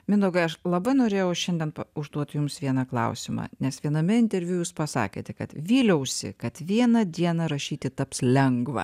mindaugai aš labai norėjau šiandien užduot jums vieną klausimą nes viename interviu jūs pasakėte kad vyliausi kad vieną dieną rašyti taps lengva